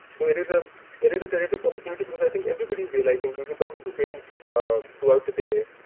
so it is um it is a terrific opportunity, because i think everybody's realizing. we've been talking to parents um throughout the day,